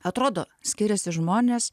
atrodo skiriasi žmonės